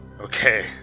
Okay